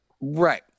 Right